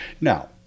Now